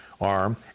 arm